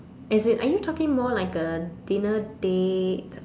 as in are you talking more like a dinner date